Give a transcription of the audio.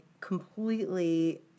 completely